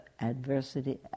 adversity